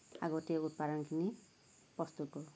আগতেই গোটেই উৎপাদনখিনি প্ৰস্তুত কৰোঁ